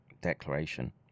declaration